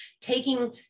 taking